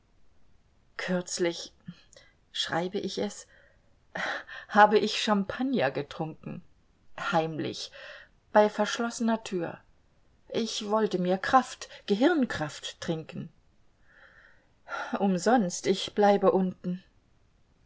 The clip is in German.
kürzlich schreibe ich es habe ich champagner getrunken heimlich bei verschlossener tür ich wollte mir kraft gehirnkraft trinken umsonst ich bleibe unten